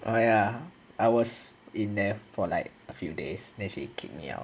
orh ya I was in there for like a few days then she kick me out